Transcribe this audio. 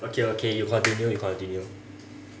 okay okay you continue you continue